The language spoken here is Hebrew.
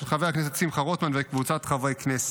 של חבר הכנסת שמחה רוטמן וקבוצת חברי הכנסת.